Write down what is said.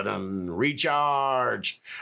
recharge